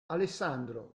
alessandro